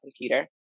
computer